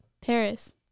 Paris